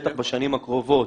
בטח בשנים הקרובות,